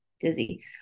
dizzy